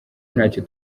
ntacyo